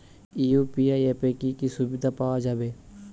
UPI অ্যাপে কি কি সুবিধা পাওয়া যাবে?